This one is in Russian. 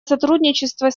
сотрудничество